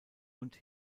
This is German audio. und